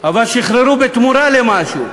אבל שחררו בתמורה למשהו.